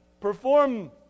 Perform